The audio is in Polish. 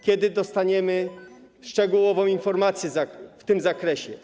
Kiedy dostaniemy szczegółową informację w tym zakresie?